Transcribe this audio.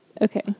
Okay